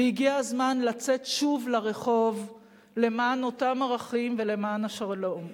והגיע הזמן לצאת שוב לרחוב למען אותם ערכים ולמען השלום.